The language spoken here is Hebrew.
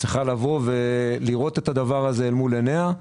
צריכה לראות את הדבר הזה מול עיניה,